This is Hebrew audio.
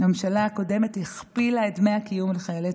הממשלה הקודמת הכפילה את דמי הקיום לחיילי